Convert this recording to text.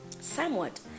Somewhat